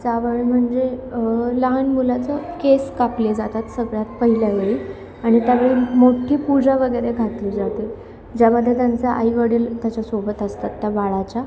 जावळ म्हणजे लहान मुलाचं केस कापले जातात सगळ्यात पहिल्या वेळी आणि त्यावेळी मोठी पूजा वगैरे घातली जाते ज्यामध्ये त्यांचे आईवडील त्याच्यासोबत असतात त्या बाळाच्या